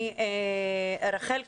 רחל,